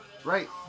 Right